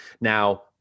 Now